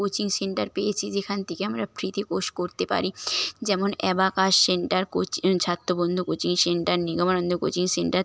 coaching centre পেয়েছি যেখান থেকে আমরা ফ্রিতে কোর্স করতে পারি যেমন অ্যাবাকাস সেন্টার কোচিং ছাত্রবন্ধু কোচিং সেন্টার নীলমানন্দ কোচিং সেন্টার